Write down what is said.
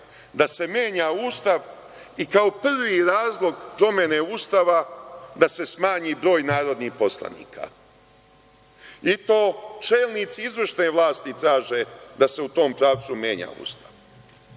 da se menja Ustav i kao prvi razlog promene Ustava da se smanji broj narodnih poslanika, i to čelnici izvršne vlasti traže da se u tom pravcu menja Ustav.